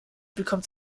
bekommt